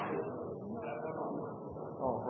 lenge de kan